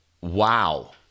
Wow